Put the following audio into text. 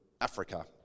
africa